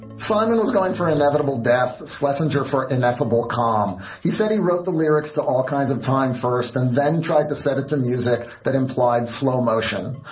simon was going for inevitable death. so lesson jr. for ineffable calm. he said he wrote the lyrics to all kinds of time first and then tried to set it to music that implied slow motion.